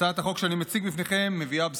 הצעת החוק שאני מציג בפניכם מביאה בשורה,